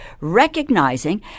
recognizing